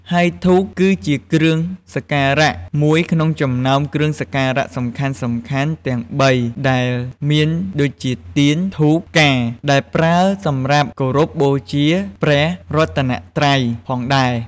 ហើយធូប គឺជាគ្រឿងសក្ការៈមួយក្នុងចំណោមគ្រឿងសក្ការៈសំខាន់ៗទាំងបីដែលមានដូចជាទៀន ធូប ផ្កា ដែលប្រើសម្រាប់គោរពបូជាព្រះរតនត្រ័យផងដែរ។